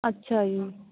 ਅੱਛਾ ਜੀ